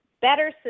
better